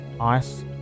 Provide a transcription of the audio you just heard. ice